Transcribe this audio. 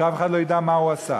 כשאף אחד לא ידע מה הוא עשה.